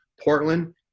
Portland